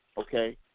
okay